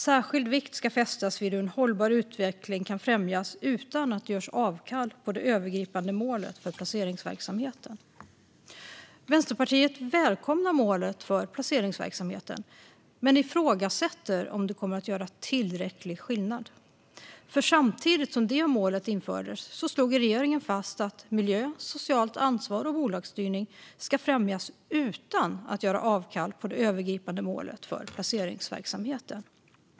Särskild vikt ska fästas vid hur en hållbar utveckling kan främjas utan att det görs avkall på det övergripande målet för placeringsverksamheten. Vänsterpartiet välkomnar målet för placeringsverksamheten men ifrågasätter om det kommer att göra tillräcklig skillnad. Samtidigt som detta mål infördes slog ju regeringen fast att miljö, socialt ansvar och bolagsstyrning ska främjas utan att det görs avkall på det övergripande målet för placeringsverksamheten.